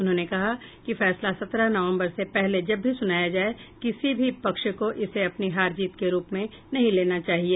उन्होंने कहा कि फैसला सत्रह नवंबर से पहले जब भी सुनाया जाए किसी भी पक्ष को इसे अपनी हार जीत के रूप में नहीं लेना चाहिए